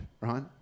right